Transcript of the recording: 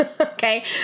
Okay